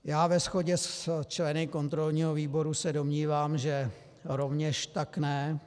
Já ve shodě s členy kontrolního výboru se domnívám, že rovněž tak ne.